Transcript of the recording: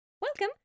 welcome